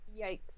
Yikes